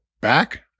back